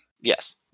yes